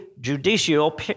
judicial